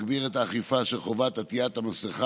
להגביר את האכיפה של חובת עטיית המסכה.